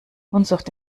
unzucht